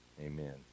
Amen